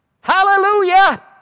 Hallelujah